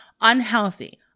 unhealthy